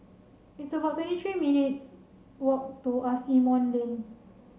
it's about twenty three minutes' walk to Asimont Lane